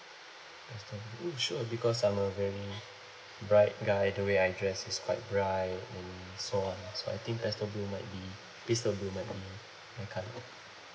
pastel blue sure because I'm a very bright guy the way I dress is quite bright and so on so I think pastel blue might be pastel blue might be my colour